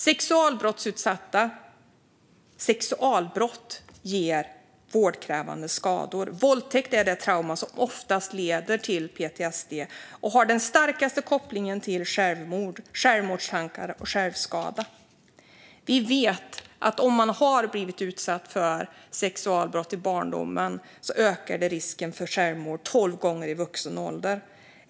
Sexualbrott ger vårdkrävande skador. Våldtäkt är det trauma som oftast leder till PTSD och har den starkaste kopplingen till självmord, självmordstankar och självskada. Vi vet att om man har blivit utsatt för sexualbrott i barndomen ökar det risken för självmord i vuxen ålder med 12 gånger.